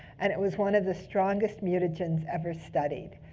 and it was one of the strongest mutagens ever studied.